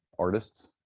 artists